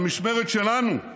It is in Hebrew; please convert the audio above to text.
במשמרת שלנו,